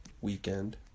weekend